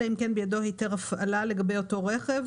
אלא אם כן בידו היתר הפעלה לגבי אותו רכב,